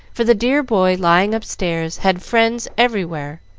for the dear boy lying upstairs had friends everywhere,